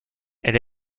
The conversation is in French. elle